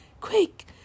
Quick